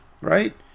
right